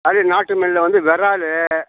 அதே நாட்டு மீனில் வந்து இறாலு